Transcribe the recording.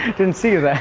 and didn't see you